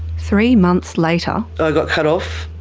three months later. i got cut off.